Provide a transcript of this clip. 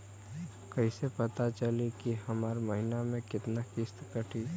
कईसे पता चली की हमार महीना में कितना किस्त कटी?